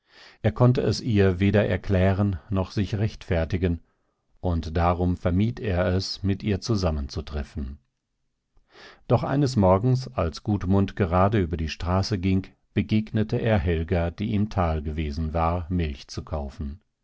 er konnte es ihr weder erklären noch sich rechtfertigen und darum vermied er es mit ihr zusammenzutreffen doch eines morgens als gudmund gerade über die straße ging begegnete er helga die im tal gewesen war milch zu kaufen